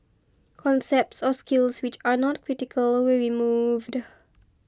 concepts or skills which are not critical were removed